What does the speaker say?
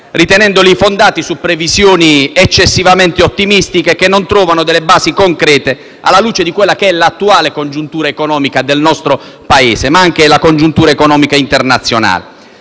ritenendoli fondati su previsioni eccessivamente ottimistiche che non trovano delle basi concrete, alla luce dell'attuale congiuntura economica del nostro Paese, ma anche della congiuntura economica internazionale.